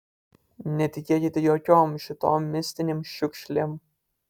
netikėkite jokiom šitom mistinėm šiukšlėm